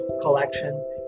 collection